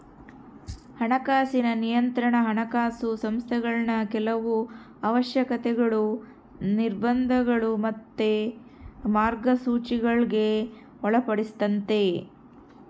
ಹಣಕಾಸಿನ ನಿಯಂತ್ರಣಾ ಹಣಕಾಸು ಸಂಸ್ಥೆಗುಳ್ನ ಕೆಲವು ಅವಶ್ಯಕತೆಗುಳು, ನಿರ್ಬಂಧಗುಳು ಮತ್ತೆ ಮಾರ್ಗಸೂಚಿಗುಳ್ಗೆ ಒಳಪಡಿಸ್ತತೆ